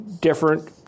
different